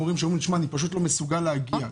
הורים שאמרו לי: אני פשוט לא מסוגל להגיע,